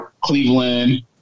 Cleveland